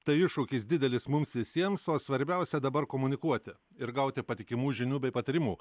tai iššūkis didelis mums visiems o svarbiausia dabar komunikuoti ir gauti patikimų žinių bei patarimų